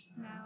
now